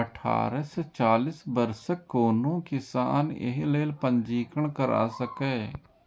अठारह सं चालीस वर्षक कोनो किसान एहि लेल पंजीकरण करा सकैए